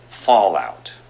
fallout